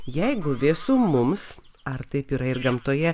jeigu vėsu mums ar taip yra ir gamtoje